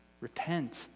Repent